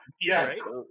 Yes